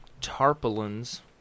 tarpaulins